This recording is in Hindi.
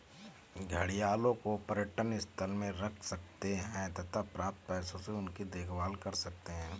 घड़ियालों को पर्यटन स्थल में रख सकते हैं तथा प्राप्त पैसों से उनकी देखभाल कर सकते है